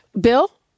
Bill